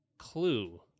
clue